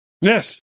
yes